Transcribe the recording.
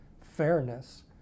fairness